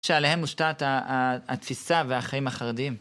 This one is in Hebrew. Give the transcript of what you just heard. שעליהם מושתת התפיסה והחיים החרדיים.